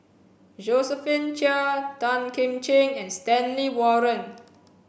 Josephine Chia Tan Kim Ching and Stanley Warren